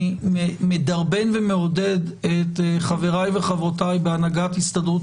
אני מדרבן ומעודד את חבריי וחברותיי בהנהגת הסתדרות